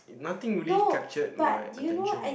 nothing really captured my attention eh